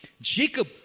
Jacob